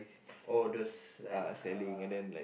oh those like ah